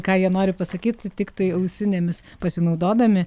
ką jie nori pasakyt tiktai ausinėmis pasinaudodami